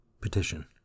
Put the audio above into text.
Petition